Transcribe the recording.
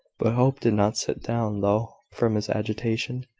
but hope did not sit down, though, from his agitation,